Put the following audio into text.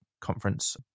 conference